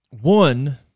One